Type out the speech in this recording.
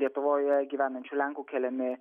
lietuvoje gyvenančių lenkų keliami